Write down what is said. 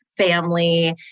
family